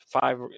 five